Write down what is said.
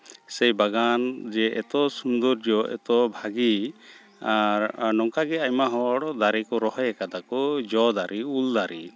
ᱥᱮ ᱵᱟᱜᱟᱱ ᱡᱮ ᱮᱛᱚ ᱥᱩᱱᱫᱚᱨᱡᱚ ᱮᱛᱚ ᱵᱷᱟᱹᱜᱤ ᱟᱨ ᱱᱚᱝᱠᱟᱜᱮ ᱟᱭᱢᱟ ᱦᱚᱲ ᱫᱟᱨᱮ ᱠᱚ ᱨᱚᱦᱚᱭ ᱠᱟᱫᱟ ᱠᱚ ᱡᱚ ᱫᱟᱨᱮ ᱩᱞ ᱫᱟᱨᱮ